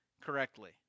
correctly